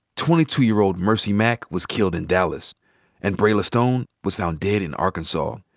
twenty two year old mercy mac was killed in dallas and brayla stone was found dead in arkansas.